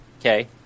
Okay